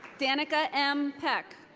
danaca m. peck.